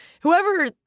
Whoever